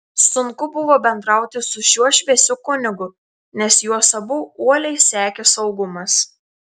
sunku buvo bendrauti su šiuo šviesiu kunigu nes juos abu uoliai sekė saugumas